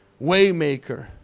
Waymaker